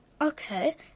Okay